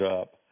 up